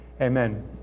amen